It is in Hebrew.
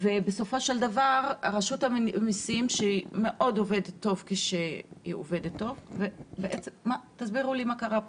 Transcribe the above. ורשות המסים שעובדת טוב תסבירו לי מה קרה פה.